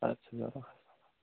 ادٕ سا بیٚہہ رۄبَس حَوال